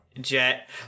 Jet